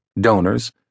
donors